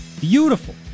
Beautiful